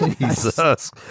Jesus